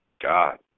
God